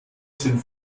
sind